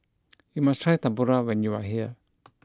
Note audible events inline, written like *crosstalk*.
*noise* you must try Tempura when you are here